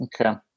Okay